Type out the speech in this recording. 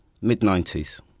Mid-90s